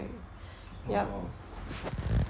orh